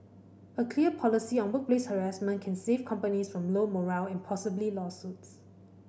a clear policy on workplace harassment can save companies from low morale and possibly lawsuits